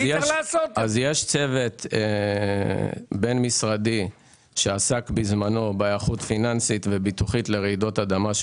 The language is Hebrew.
יש צוות בין משרדי שעסק בזמנו בהיערכות פיננסית וביטוחית לרעידות אדמה.